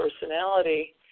personality